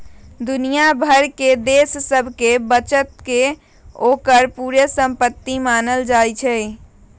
दुनिया भर के देश सभके बचत के ओकर पूरे संपति मानल जाइ छइ